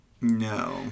No